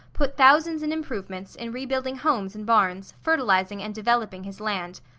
put thousands in improvements, in rebuilding homes and barns, fertilizing, and developing his land.